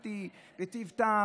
קניתי בטיב טעם,